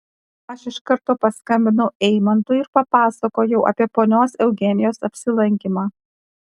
aš iš karto paskambinau eimantui ir papasakojau apie ponios eugenijos apsilankymą